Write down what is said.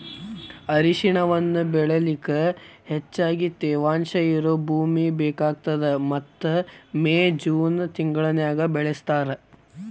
ಅರಿಶಿಣವನ್ನ ಬೆಳಿಲಿಕ ಹೆಚ್ಚಗಿ ತೇವಾಂಶ ಇರೋ ಭೂಮಿ ಬೇಕಾಗತದ ಮತ್ತ ಮೇ, ಜೂನ್ ತಿಂಗಳನ್ಯಾಗ ಬೆಳಿಸ್ತಾರ